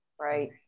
Right